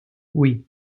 oui